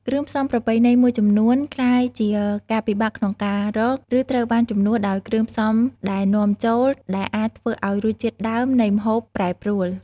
គ្រឿងផ្សំប្រពៃណីមួយចំនួន ក្លាយជាការពិបាកក្នុងការរក ឬត្រូវបានជំនួសដោយគ្រឿងផ្សំដែលនាំចូល ដែលអាចធ្វើឱ្យរសជាតិដើមនៃម្ហូបប្រែប្រួល។